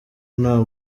nta